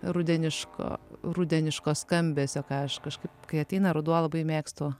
rudeniško rudeniško skambesio ką aš kažkaip kai ateina ruduo labai mėgstu